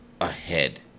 ahead